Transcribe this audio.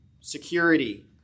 security